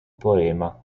poema